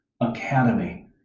Academy